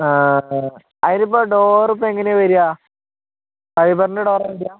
അതിനിപ്പോൾ ഡോറിപ്പോൾ എങ്ങനെയാണ് വരിക ഫൈബറിന്റെ ഡോറെവിടെയാണ്